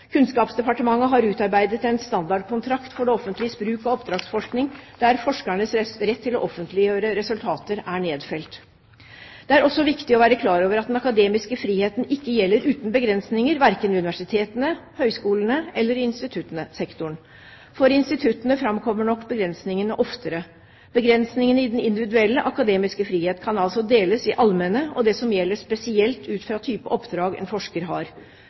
Kunnskapsdepartementet har utarbeidet en standardkontrakt for det offentliges bruk av oppdragsforskning, der forskerens rett til å offentliggjøre resultater er nedfelt. Det er også viktig å være klar over at den akademiske friheten ikke gjelder uten begrensninger, verken ved universitetene, høyskolene eller i instituttsektoren. For instituttene framkommer nok begrensningene oftere. Begrensningene i den individuelle akademiske frihet kan altså deles i allmenne og det som gjelder spesielt ut fra type oppdrag en forsker har.